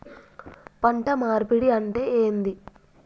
పంట మార్పిడి అంటే ఏంది?